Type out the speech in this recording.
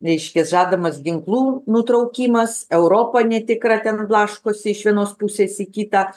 reiškia žadamas ginklų nutraukimas europa netikra ten blaškosi iš vienos pusės į kitą